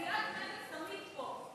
סיעת מרצ תמיד פה.